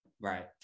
Right